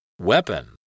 Weapon